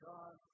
God